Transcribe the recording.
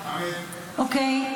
אוקיי.